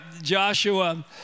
Joshua